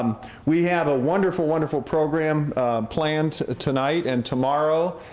um we have a wonderful, wonderful program planned tonight and tomorrow.